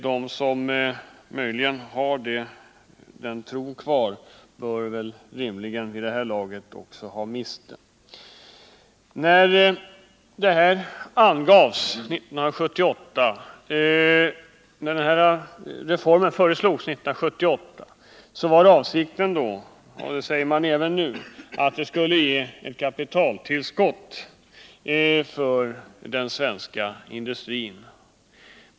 De som från början hade den tron bör vid det här laget rimligen ha mist den. När denna sparform föreslogs 1978 var avsikten med den — och det sägs även nu — att ge ett kapitaltillskott till den svenska industrin.